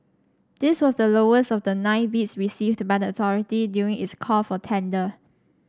this was the lowest of the nine bids received by the authority during its call for tender